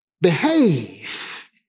behave